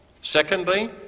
Secondly